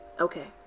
Okay